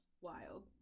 Wild